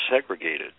segregated